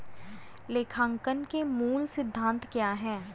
लेखांकन के मूल सिद्धांत क्या हैं?